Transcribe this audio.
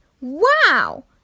Wow